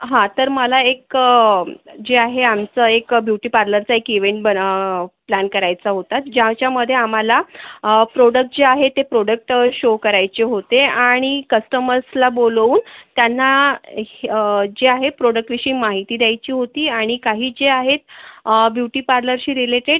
हां तर मला एक जे आहे आमचं एक ब्युटी पार्लरचं एक इवेंट बना प्लॅन करायचा होता ज्याच्यामध्ये आम्हाला प्रोडक्ट जे आहे ते प्रोडक्ट शो करायचे होते आणि कस्टमर्सला बोलवून त्यांना ह जे आहे प्रोडक्टविषयी माहिती द्यायची होती आणि काही जे आहेत ब्युटी पार्लरशी रिलेटेड